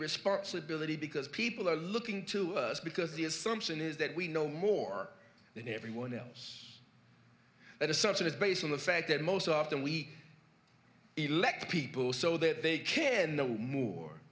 responsibility because people are looking to us because the assumption is that we know more than everyone else that assumption is based on the fact that most often we elect people so that they can know more